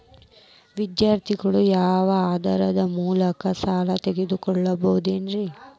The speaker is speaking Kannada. ವಿದ್ಯಾರ್ಥಿಗಳು ಯಾವ ಆಧಾರದ ಮ್ಯಾಲ ಸಾಲ ತಗೋಬೋದ್ರಿ?